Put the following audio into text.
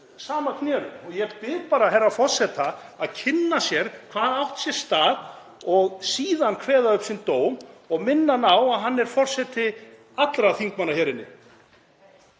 sama knérunn. Ég bið herra forseta að kynna sér hvað átti sér stað og síðan kveða upp sinn dóm og minna hann á að hann er forseti allra þingmanna hér inni.